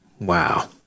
Wow